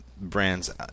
brands